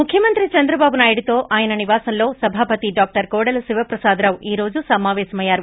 ముఖ్యమంత్రి చంద్రబాబు నాయుడితో ఆయన నివాసంలో సభాపతి డాక్టర్ కోడెల శివప్రసాదరావు ఈ రోజు సమావేశమయ్యారు